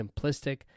simplistic